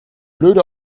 blöde